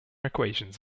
equations